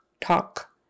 talk